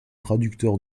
traducteur